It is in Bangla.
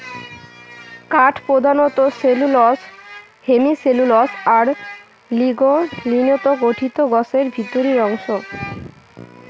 কাঠ প্রধানত সেলুলোস, হেমিসেলুলোস আর লিগলিনত গঠিত গছের ভিতরির অংশ